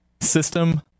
system